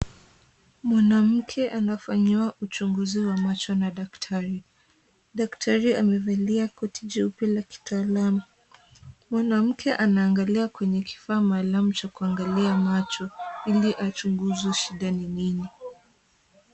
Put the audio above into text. Mwanamke anafanyiwa uchunguzi wa macho na daktari. Daktari amevalia koti jeupe la kitaalamu. Mwanamke anaangalia kwenye kifaa maalum cha kuangalia macho ili achunguzwe shida ni nini.